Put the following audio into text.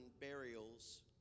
burials